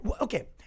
okay